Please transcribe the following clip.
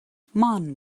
man